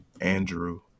Andrew